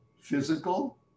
physical